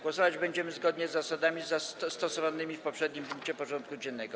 Głosować będziemy zgodnie z zasadami stosowanymi w poprzednim punkcie porządku dziennego.